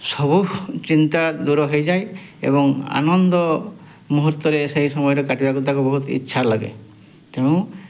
ସବୁ ଚିନ୍ତା ଦୂର ହେଇଯାଏ ଏବଂ ଆନନ୍ଦ ମୁହୂର୍ତ୍ତରେ ସେଇ ସମୟରେ କାଟିବାକୁ ତାକୁ ବହୁତ ଇଚ୍ଛା ଲାଗେ ତେଣୁ